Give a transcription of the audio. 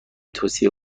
توصیه